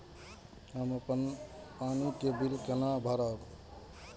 हम अपन पानी के बिल केना भरब?